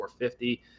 450